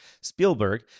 Spielberg